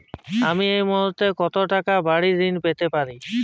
আমি এই মুহূর্তে কত টাকা বাড়ীর ঋণ পেতে পারি?